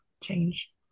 change